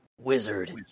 Wizard